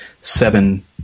seven